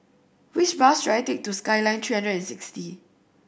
which bus should I take to Skyline sixty